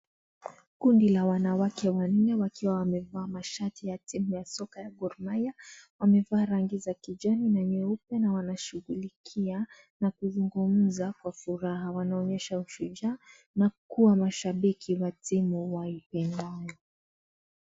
Kundi la wanawake wanne wakiwa wamevaa mashati ya timu ya soka ya Gor Mahia wamevaa rangi za kijani na nyeupe na wanashughulikia na kuzungumza kwa furaha wanaonyesha ushujaa na kuwa mashabiki wa timu waipendayo.